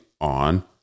on